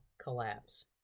collapse